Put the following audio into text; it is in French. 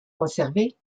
conservé